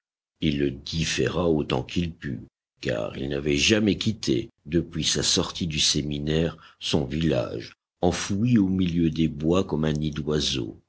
il le différa autant qu'il put car il n'avait jamais quitté depuis sa sortie du séminaire son village enfoui au milieu des bois comme un nid d'oiseau